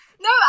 No